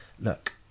look